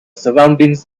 surroundings